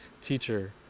teacher